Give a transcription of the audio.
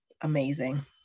amazing